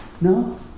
No